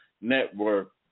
Network